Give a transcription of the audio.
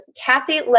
Kathy